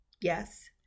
yes